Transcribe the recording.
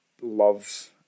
love